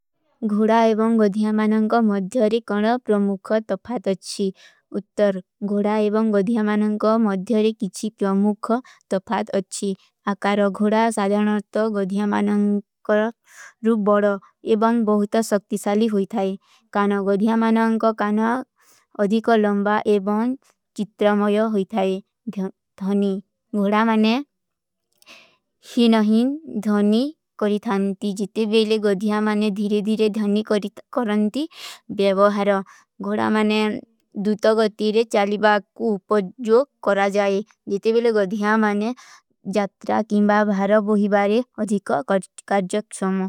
ଗୁରା ଏବଂ ଗୋଧିଯା ମାନଂଗ କା ମଧ୍ଯାରେ କାନ ପ୍ରମୁଖ ତଫାତ ଅଚ୍ଛୀ। ଉତ୍ତର, ଗୁରା ଏବଂ ଗୋଧିଯା ମାନଂଗ କା ମଧ୍ଯାରେ କିଚୀ ପ୍ରମୁଖ ତଫାତ ଅଚ୍ଛୀ। ଅକାର, ଗୁରା ସାଦ୍ଯାନର୍ତ ଗୋଧିଯା ମାନଂଗ କା ରୂପ ବଡ ଏବଂ ବହୁତ ସକ୍ତିସାଲୀ ହୁଈ ଥାଈ। କାନ ଗୋଧିଯା ମାନଂଗ କା କାନ ଅଧିକା ଲଂବା ଏବଂ ଚିତ୍ରମଯୋ ହୁଈ ଥାଈ। ଗୁରା ମାନଂଗ ହିନହିନ ଧନୀ କରିଥାନତୀ ଜିତେ ବେଲେ ଗୋଧିଯା ମାନଂଗ ଧୀରେ ଧୀରେ ଧନୀ କରିଥାନତୀ ବେଵହାରା। ଗୁରା ମାନଂଗ ଦୂତା ଗତୀରେ ଚାଲୀ ବାଗ କୁ ଉପଜ୍ଞୋ କରା ଜାଈ। ଜିତେ ବେଲେ ଗୋଧିଯା ମାନଂଗ ଜାତ୍ରା, କିଂବା, ଭାରା, ବୋହୀ ବାରେ ଅଧିକା କର୍ଜକ ସମୋ।